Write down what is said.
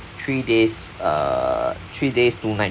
three days uh three days two night